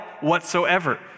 whatsoever